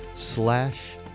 Slash